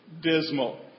dismal